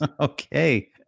Okay